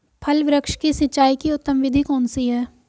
फल वृक्ष की सिंचाई की उत्तम विधि कौन सी है?